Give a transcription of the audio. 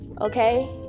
okay